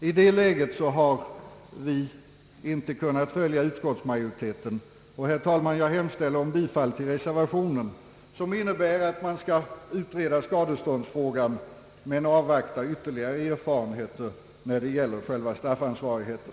I det läget har vi inte kunnat följa utskottsmajoriteten, utan jag hemställer, herr talman, om bifall till reservationen, som innebär att man skall utreda skadeståndsfrågan men avvakta ytterligare erfarenheter när det gäller själva straffansvarigheten.